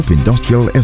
Industrial